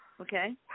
Okay